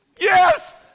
Yes